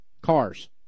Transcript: cars